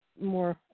more